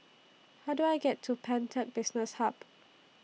How Do I get to Pantech Business Hub